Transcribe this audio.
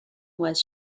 was